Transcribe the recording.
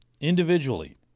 individually